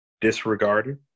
Disregarded